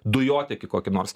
dujotiekį kokį nors